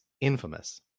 infamous